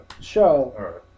show